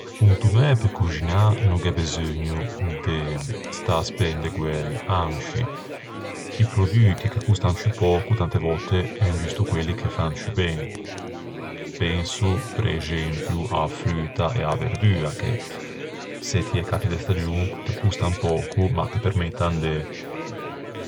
Pe conto mæ pe coxinâ no gh'é beseugno de stâ à spende guæi, ansci. I produti che costan ciù pöco tante vòtte en giusto quelli che fan ciù ben. Penso prexempio a-a fruta e a-a verdua, che se ti ê catti de stagion te costan pöco ma te permettan de